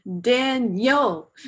Daniel